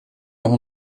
noch